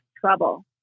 trouble